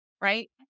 right